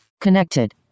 Connected